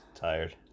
Tired